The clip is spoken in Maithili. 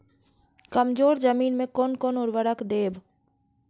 कमजोर जमीन में कोन कोन उर्वरक देब?